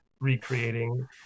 recreating